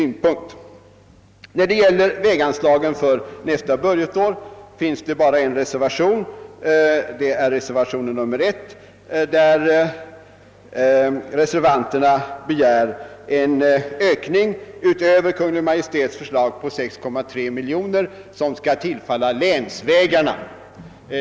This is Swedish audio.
När det gäller väganslagen för nästa budgetår föreligger bara en reservation, reservationen 1, i vilken reservanterna utöver Kungl. Maj:ts förslag begär en ökning på 6,3 miljoner kronor, som skall tillfalla länsvägarna.